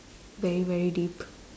very very deep